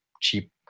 cheap